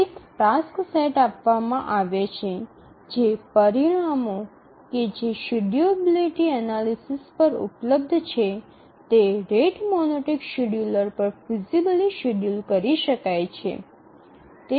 એક task set આપવામાં આવે છે તે પરિણામો કે જે શેડ્યૂલેબિલિટી એનાલિસીસ પર ઉપલબ્ધ છે તે રેટ મોનોટોનિક શેડ્યુલર પર ફિઝિબલી શેડ્યુલ કરી શકાય છે